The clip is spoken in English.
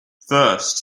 first